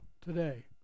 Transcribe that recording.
today